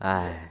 你 leh